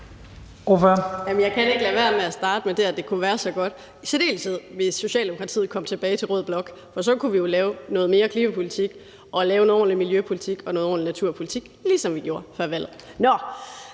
(SF): Jeg kan ikke lade være med at starte med det, at det kunne være så godt. Det kunne det i særdeleshed, hvis Socialdemokratiet kom tilbage til rød blok, for så kunne vi jo lave noget mere klimapolitik og lave en ordentlig miljøpolitik og noget ordentlig naturpolitik, ligesom vi gjorde før valget. Nå,